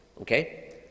Okay